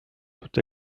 tout